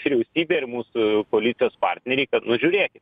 vyriausybė ir mūsų koalicijos partneriai kad nu žiūrėkit